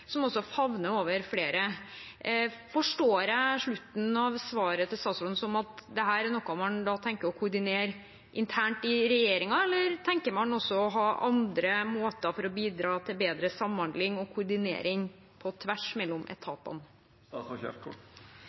som favner flere. Forstår jeg slutten av svaret til statsråden som at dette er noe man tenker å koordinere internt i regjeringen, eller tenker man også å ha andre måter for å bidra til bedre samhandling og koordinering på tvers